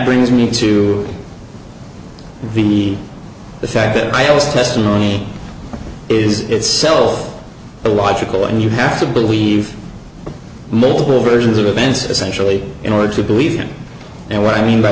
brings me to the the fact that ailes testimony is itself a logical and you have to believe multiple versions of events essentially in order to believe him and what i mean by